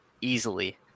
easily